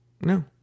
no